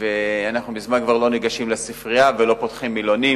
וכבר מזמן אנחנו לא ניגשים לספרייה ולא פותחים מילונים.